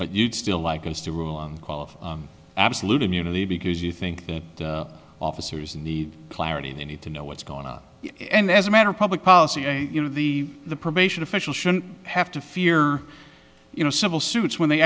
but you'd still like us to rule and call of absolute immunity because you think officers need clarity they need to know what's going on and as a matter of public policy and you know the the probation officials shouldn't have to fear you know civil suits when they